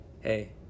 hey